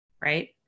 right